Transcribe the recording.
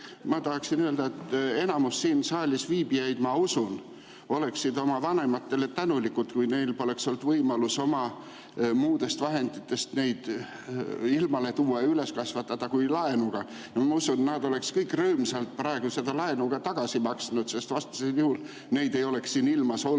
Ma tahaksin öelda, et enamus siin saalis viibijaid, ma usun, oleksid oma vanematele tänulikud, kui neil poleks olnud võimalus oma muudest vahenditest neid ilmale tuua ja üles kasvatada kui laenuga. Ma usun, et nad oleksid kõik rõõmsalt praegu seda laenu ka tagasi maksnud, sest vastasel juhul neid ei oleks siin ilmas [olemas].